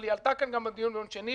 אבל היא עלתה גם בדיון ביום שני,